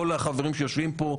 כל החברים שיושבים פה,